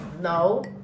No